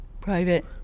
Private